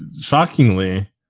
shockingly